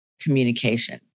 communication